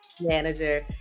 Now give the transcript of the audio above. manager